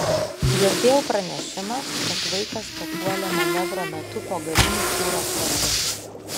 girdėjau pranešimą kad vaikas papuolė manevro metu po galiniu fūros ratu